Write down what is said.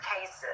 cases